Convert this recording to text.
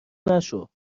نشو